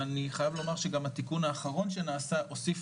ואני חייב לומר שגם התיקון האחרון שנעשה מוסיף